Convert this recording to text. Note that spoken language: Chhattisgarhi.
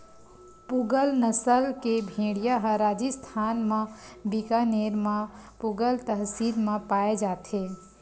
पूगल नसल के भेड़िया ह राजिस्थान म बीकानेर म पुगल तहसील म पाए जाथे